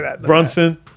Brunson